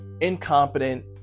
incompetent